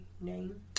name